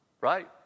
Right